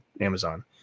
Amazon